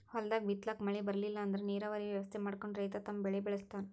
ಹೊಲ್ದಾಗ್ ಬಿತ್ತಲಾಕ್ ಮಳಿ ಬರ್ಲಿಲ್ಲ ಅಂದ್ರ ನೀರಾವರಿ ವ್ಯವಸ್ಥೆ ಮಾಡ್ಕೊಂಡ್ ರೈತ ತಮ್ ಬೆಳಿ ಬೆಳಸ್ತಾನ್